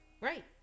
Right